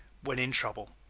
when in trouble